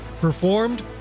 Performed